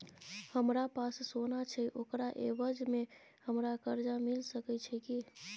हमरा पास सोना छै ओकरा एवज में हमरा कर्जा मिल सके छै की?